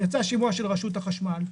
יצא שימוע של רשות החשמל.